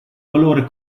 valore